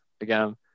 again